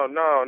no